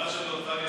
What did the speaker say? החברה שלו טליה ששון,